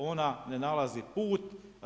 Ona ne nalazi put.